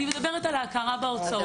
אני מדברת על ההכרה בהוצאות,